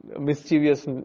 mischievous